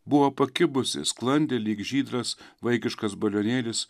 buvo pakibusi sklandė lyg žydras vaikiškas balionėlis